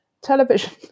television